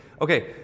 okay